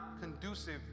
conducive